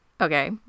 okay